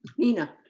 nina.